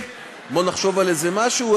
בוא נחשוב על איזה משהו,